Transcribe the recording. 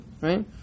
right